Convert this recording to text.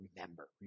remember